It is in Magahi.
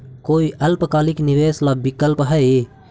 कोई अल्पकालिक निवेश ला विकल्प हई?